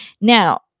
Now